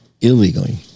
illegally